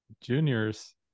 juniors